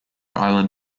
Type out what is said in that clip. island